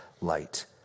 light